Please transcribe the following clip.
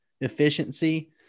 efficiency